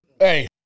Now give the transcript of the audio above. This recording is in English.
Hey